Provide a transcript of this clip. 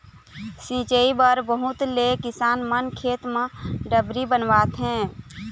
सिंचई बर बहुत ले किसान मन खेत म डबरी बनवाथे